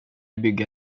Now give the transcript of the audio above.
bygga